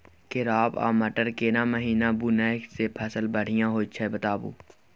केराव आ मटर केना महिना बुनय से फसल बढ़िया होत ई बताबू?